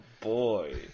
boy